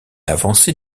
avancé